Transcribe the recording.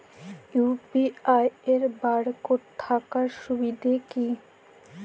UPI এর barcode থাকার সুবিধে কি?